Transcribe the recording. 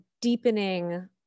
deepening